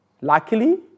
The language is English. Luckily